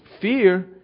fear